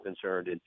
concerned